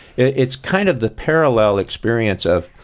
it's kind of the parallel experience of,